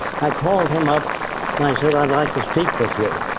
i called him up and i said i'd like to speak with you.